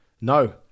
No